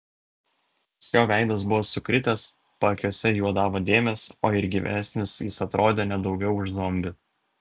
šio veidas buvo sukritęs paakiuose juodavo dėmės o ir gyvesnis jis atrodė ne daugiau už zombį